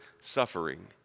suffering